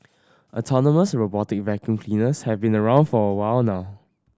autonomous robotic vacuum cleaners have been around for a while now